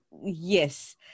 yes